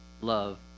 love